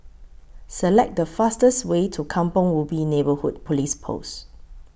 Select The fastest Way to Kampong Ubi Neighbourhood Police Post